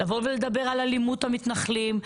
לדבר על אלימות המתנחלים,